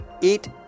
eat